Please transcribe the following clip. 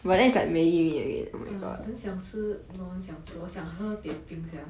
ah 很想吃 not 很想吃我想喝 teh peng sia